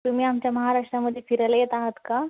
तुम्ही आमच्या महाराष्ट्रामध्ये फिरायला येत आहात का